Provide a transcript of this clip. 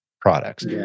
products